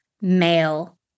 male